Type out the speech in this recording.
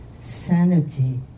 sanity